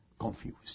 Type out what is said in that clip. confused